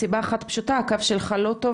מסיבה אחת פשוטה הקו שלך לא טוב,